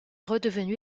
redevenue